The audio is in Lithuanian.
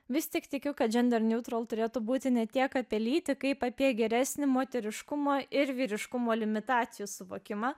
vis tik tikiu kad gender neutral turėtų būti ne tiek apie lytį kaip apie geresnį moteriškumo ir vyriškumo limitacijų suvokimą